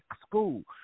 school